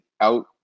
out